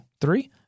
three